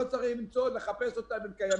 לא צריך לחפש אותם כי הם קיימים.